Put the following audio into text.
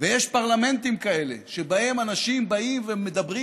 ויש פרלמנטים כאלה שבהם אנשים באים ומדברים